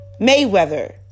Mayweather